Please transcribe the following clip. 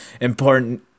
important